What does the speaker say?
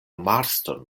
marston